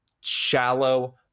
shallow